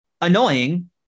annoying